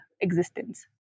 existence